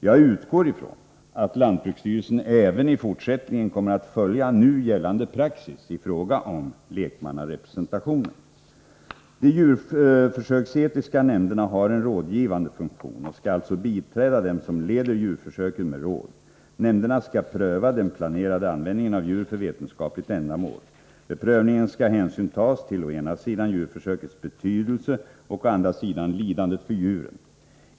Jag utgår från att lantbruksstyrelsen även i fortsättningen kommer att följa nu gällande praxis i fråga om lekmannarepresentation. De djurförsöksetiska nämnderna har en rådgivande funktion och skall alltså biträda dem som leder djurförsöken med råd. Nämnderna skall pröva den planerade användningen av djur för vetenskapligt ändamål. Vid prövningen skall hänsyn tas till å ena sidan djurförsökets betydelse och å andra sidan lidandet för djuren.